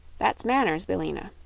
that's manners, billina.